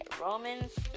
Romans